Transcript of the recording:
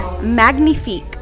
Magnifique